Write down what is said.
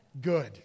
Good